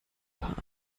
paar